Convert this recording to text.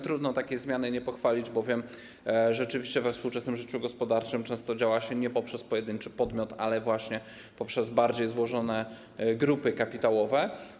Trudno takiej zmiany nie pochwalić, bowiem rzeczywiście we współczesnym życiu gospodarczym często działa się nie poprzez pojedynczy podmiot, ale właśnie poprzez bardziej złożone grupy kapitałowe.